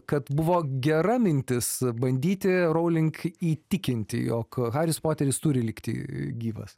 kad buvo gera mintis bandyti rowling įtikinti jog haris poteris turi likti gyvas